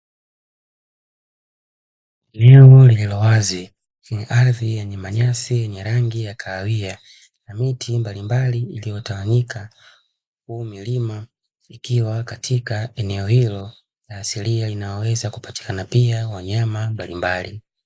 Eneo lililo wazi lenye ardhi yenye manyasi yenye rangi ya kahawia na miti mbalimbali iliyotawanyika, huku milima ikiwa katika eneo hilo la asilia linaloweza kupatikana pia wanyama mbalimbali.